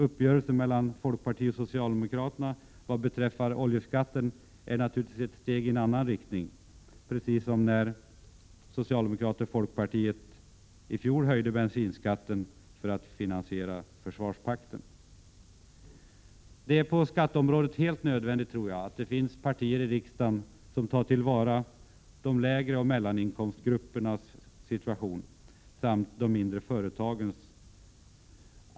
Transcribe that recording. Uppgörelsen mellan folkpartiet och socialdemokraterna vad beträffar oljeskatten är naturligtvis ett steg i annan riktning, precis som när socialdemokraterna och folkpartiet i fjol höjde bensinskatten för att finansiera försvarspakten. Det är på skatteområdet helt nödvändigt, tror jag, att det finns något parti i riksdagen som företräder lågoch mellaninkomstgrupperna samt de mindre företagarna.